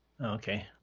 Okay